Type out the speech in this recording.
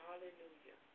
Hallelujah